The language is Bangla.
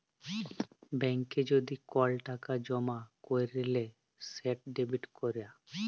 ব্যাংকে যদি কল টাকা জমা ক্যইরলে সেট ডেবিট ক্যরা